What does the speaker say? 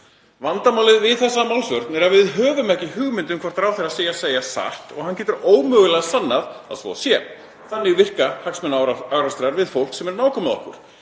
Vandamálið við þessa málsvörn er að við höfum ekki hugmynd um hvort ráðherra er að segja satt og hann getur ómögulega sannað að svo sé. Þannig virka hagsmunaárekstrar við fólk sem er nákomið okkur.